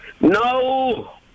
No